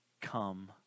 Come